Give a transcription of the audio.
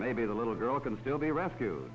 maybe the little girl can still be rescue